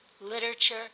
literature